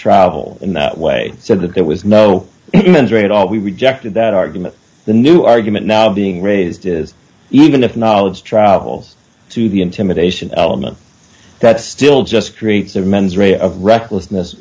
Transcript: travel in that way so that there was no injury at all we rejected that argument the new argument now being raised is even acknowledged holes to the intimidation element that still just creates a mens rea of recklessness